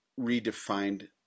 redefined